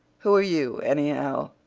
who are you, anyhow?